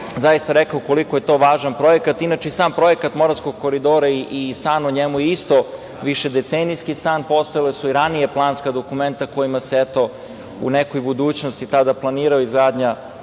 zaista rekao koliko je to važan projekat. Inače, sam projekat Moravskog koridora i san o njemu je isto višedecenijski san. Postojale su i ranije planska dokumenta kojima se, eto, u nekoj budućnosti tada planirala izgradnja